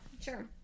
sure